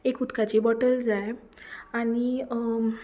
एक उदकाची बॉटल जाय आनी